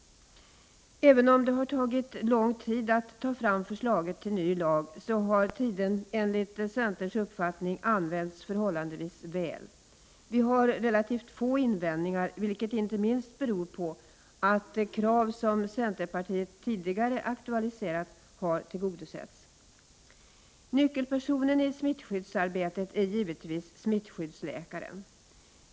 Även om det har tagit lång tid att ta fram förslaget till ny lag, har tiden enligt centerns uppfattning använts förhållandevis väl. Vi har relativt få invändningar, vilket inte minst beror på att krav som centerpartiet tidigare aktualiserat har tillgodosetts. Nyckelpersonen i smittskyddsarbetet är givetvis smittskyddsläkaren.